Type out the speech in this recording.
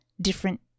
different